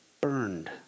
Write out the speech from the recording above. burned